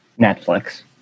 Netflix